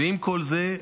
ועם כל זה,